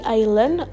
island